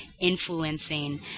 influencing